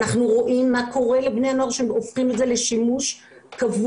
אנחנו רואים מה קורה לבני הנוער שהופכים את זה לשימוש קבוע.